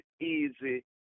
easy